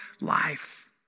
life